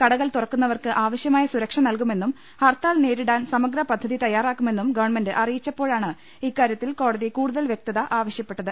കടകൾ തുറക്കുന്ന വർക്ക് ആവശൃമായ സുരക്ഷ നൽകുമെന്നും ഹർത്താൽ നേരിടാൻ സ മഗ്ര പദ്ധതി തയ്യാറാക്കു മെന്നും ഗവൺമെന്റ് അറിയിച്ചപ്പോഴാണ് ഇക്കാ രൃത്തിൽ കോടതി കൂടുതൽ വ്യക്തത ആവശ്യപ്പെട്ടത്